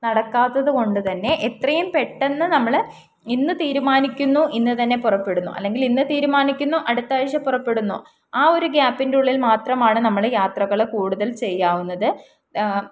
നടക്കാത്തതുകൊണ്ട് തന്നെ എത്രയും പെട്ടെന്ന് നമ്മൾ ഇന്ന് തീരുമാനിക്കുന്നു ഇന്നുതന്നെ പുറപ്പെടുന്നു അല്ലെങ്കിൽ ഇന്ന് തീരുമാനിക്കുന്നു അടുത്താഴ്ച്ച പുറപ്പെടുന്നു ആ ഒരു ഗ്യാപ്പിൻ്റെ ഉള്ളിൽ മാത്രമാണ് നമ്മൾ യാത്രകൾ കൂടുതൽ ചെയ്യാവുന്നത്